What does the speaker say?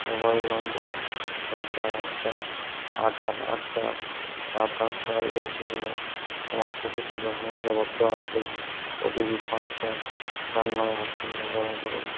mobile number ছয় চার আট চার আট আট আট চার সাত আট ছয়ের জন্য আমার কোভিড টিকা শংসাপত্র আনতে ওটিপি পাঁচ সাত চার নয় আট শূন্য ব্যবহার করুন